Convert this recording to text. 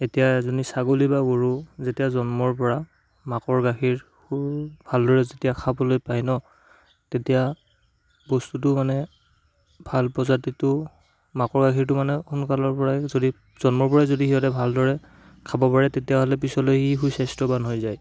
এতিয়া এজনী ছাগলী বা গৰু যেতিয়া জন্মৰপৰা মাকৰ গাখীৰ খুব ভালদৰে যেতিয়া খাবলৈ পাই ন তেতিয়া বস্তুটো মানে ভাল প্ৰজাতিটো মাকৰ গাখীৰটো মানে সোনকালৰ পৰাই যদি জন্মৰ পৰাই যদি সিহঁতে ভালদৰে খাব পাৰে তেতিয়াহ'লে পিছলৈ ই সুস্বাস্থ্যবান হৈ যায়